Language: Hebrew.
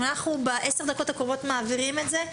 אם בעשר הדקות הקרובות נעביר את זה,